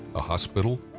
a hospital,